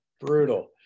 Brutal